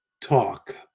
talk